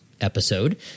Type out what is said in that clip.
episode